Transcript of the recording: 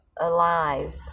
alive